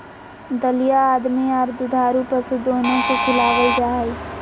दलिया आदमी आर दुधारू पशु दोनो के खिलावल जा हई,